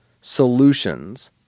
solutions